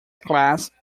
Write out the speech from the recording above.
class